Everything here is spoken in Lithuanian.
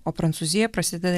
o prancūzija prasideda